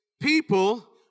people